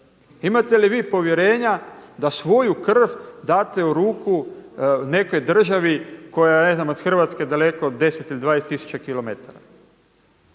Imate li vi povjerenja da svoju krv date u ruku nekoj državi koja je od Hrvatske daleko 10 ili 20 tisuća kilometara.